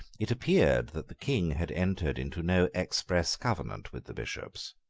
it appeared that the king had entered into no express covenant with the bishops.